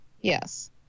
yes